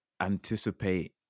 anticipate